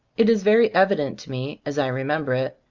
it is very evident to me, as i re member it,